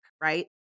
right